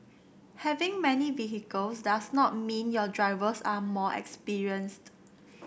having many vehicles does not mean your drivers are more experienced